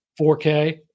4K